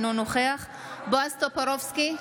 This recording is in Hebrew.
אינו נוכח בועז טופורובסקי,